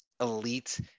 elite